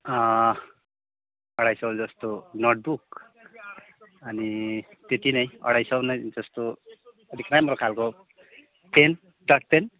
अँ अढाई सौ जस्तो नोटबुक अनि त्यति नै अढाई सौ नै जस्तो अलिक राम्रो खालको पेन डटपेन